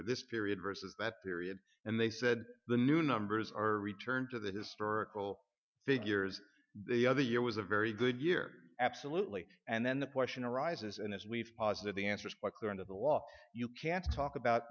or this period versus that period and they said the new numbers are returned to the historical figures the other year was a very good year absolutely and then the question arises and as we've posit the answer is quite clear under the law you can talk about